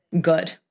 good